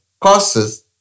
causes